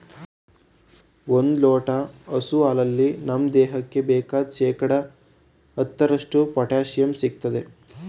ಒಂದ್ ಲೋಟ ಹಸು ಹಾಲಲ್ಲಿ ನಮ್ ದೇಹಕ್ಕೆ ಬೇಕಾದ್ ಶೇಕಡಾ ಹತ್ತರಷ್ಟು ಪೊಟ್ಯಾಶಿಯಂ ಸಿಗ್ತದೆ